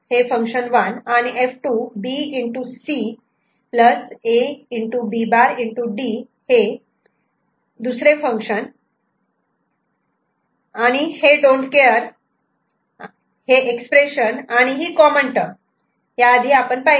आता आपण काय पाहू शकतो तर हे डोन्ट केअर म्हणजे हे असे एक्सप्रेशन आणि ही कॉमन टर्म याआधी आपण पाहिले